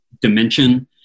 dimension